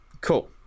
Cool